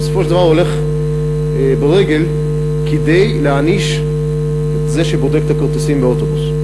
ובסופו של דבר הולך ברגל כדי להעניש את זה שבודק את הכרטיסים באוטובוס,